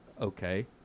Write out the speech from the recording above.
okay